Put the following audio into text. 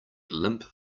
limp